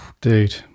Dude